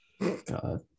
God